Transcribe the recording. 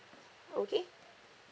okay